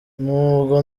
n’ubwo